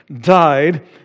died